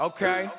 Okay